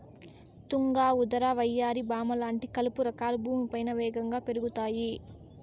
తుంగ, ఉదర, వయ్యారి భామ లాంటి కలుపు రకాలు భూమిపైన వేగంగా పెరుగుతాయి